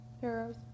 heroes